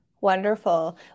Wonderful